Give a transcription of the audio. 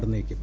നടന്നേക്കും